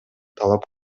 талап